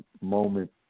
moment